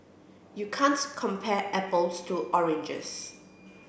you can't compare apples to oranges